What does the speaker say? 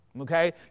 okay